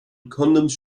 condoms